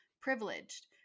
privileged